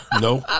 No